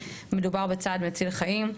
מדובר בצעד מציל חיים.